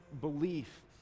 belief